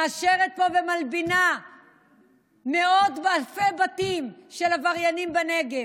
מאשרת פה ומלבינה מאות אלפי בתים של עבריינים בנגב,